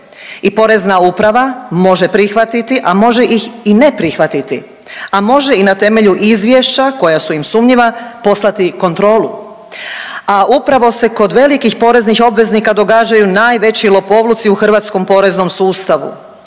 i Porezna uprava može prihvatiti, a može ih i ne prihvatiti, a može i na temelju izvješća koja su im sumnjiva poslati kontrolu. A upravo se kod veliki poreznih obveznika događaju najveći lopovluci u hrvatskom poreznom sustavu.